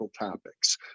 topics